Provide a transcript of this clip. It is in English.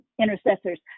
intercessors